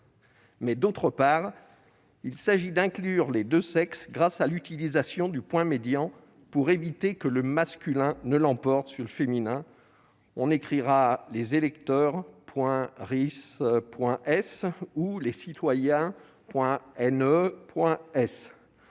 D'autre part, il s'agit d'inclure les deux sexes grâce à l'utilisation du point médian pour éviter que le masculin « ne l'emporte » sur le féminin- on écrira ainsi « les électeur.rice.s » ou « les citoyen.ne.s